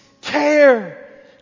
care